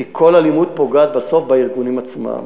כי כל אלימות פוגעת בסוף בארגונים עצמם,